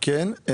כן.